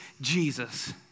Jesus